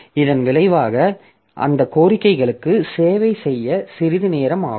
இதன் விளைவாக அந்த கோரிக்கைகளுக்கு சேவை செய்ய சிறிது நேரம் ஆகும்